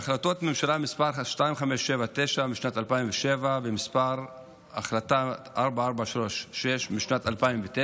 בהחלטות ממשלה מס' 2579 משנת 2007 ובהחלטה מס' 4436 משנת 2009